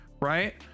Right